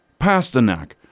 Pasternak